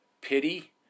pity